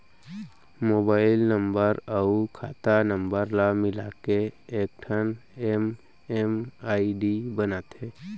mobile number अउ खाता नंबर ल मिलाके एकठन एम.एम.आई.डी बनाथे